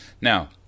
Now